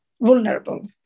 vulnerable